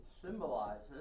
symbolizes